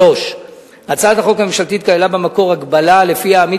3. הצעת החוק הממשלתית כללה במקור הגבלה שלפיה העמית